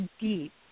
deep